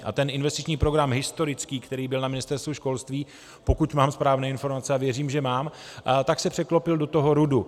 A ten investiční program historický, který byl na Ministerstvu školství pokud mám správné informace, a věřím, že mám se překlopil do toho RUDu.